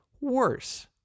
worse